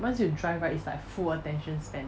once you drive right it's like full attention span